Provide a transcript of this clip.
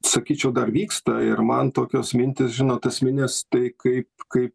sakyčiau dar vyksta ir man tokios mintys žinot esminės tai kaip kaip